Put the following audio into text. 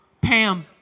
Pam